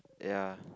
ya